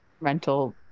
rental